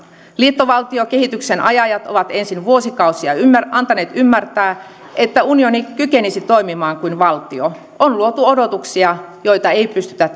liittovaltiokehityksen ajajat ovat ensin vuosikausia antaneet ymmärtää että unioni kykenisi toimimaan kuin valtio on luotu odotuksia joita ei pystytä